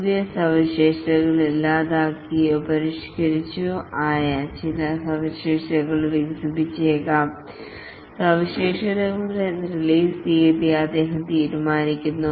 പുതിയ സവിശേഷതകൾ ഇല്ലാതാക്കിയതോ പരിഷ്ക്കരിച്ചതോ ആയ ചില സവിശേഷതകൾ വികസിപ്പിച്ചേക്കാം സവിശേഷതകളുടെ റിലീസ് തീയതി അദ്ദേഹം തീരുമാനിക്കുന്നു